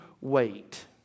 wait